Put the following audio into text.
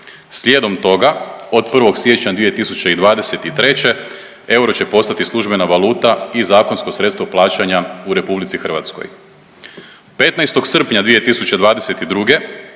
Slijedom toga od 1. siječnja 2023. euro će postati službena valuta i zakonsko sredstvo plaćanja u RH. 15. srpnja 2022.